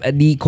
di